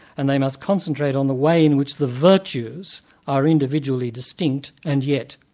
and they must concentrate on the way in which the virtues are individually distinct and yet,